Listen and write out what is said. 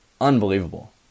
unbelievable